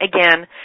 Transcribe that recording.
again